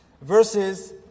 verses